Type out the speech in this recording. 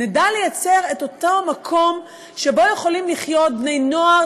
ליצור את אותו מקום שבו יכולים לחיות בני-נוער,